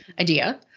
idea